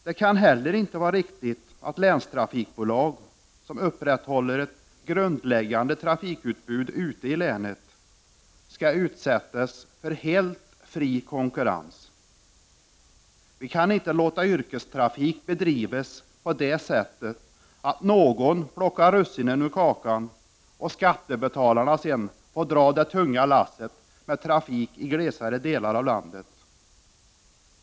Det kan inte heller vara riktigt att länstrafikbolag som upprätthåller ett grundläggande trafikutbud ute i länet skall utsättas för helt fri konkurrens. Vi kan inte låta yrkestrafik bedrivas så att någon plockar russinen ur kakan och skattebetalarna får dra det tunga lasset med trafik i glesare delar av landet.